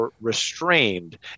restrained